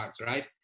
right